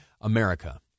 America